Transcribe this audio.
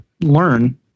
learn